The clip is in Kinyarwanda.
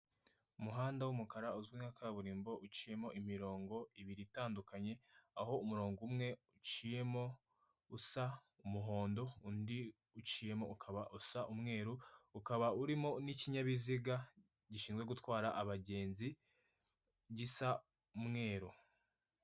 Umuhanda w'umukara uzwi nka kaburimbo uciyemo imirongo ibiri itandukanye, aho umurongo umwe uciyemo usa umuhondo undi uciyemo ukaba usa umweru ukaba urimo n'ikinyabiziga gishinzwe gutwara abagenzi gisa umweru.